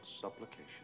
supplication